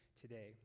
today